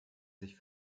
sich